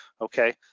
Okay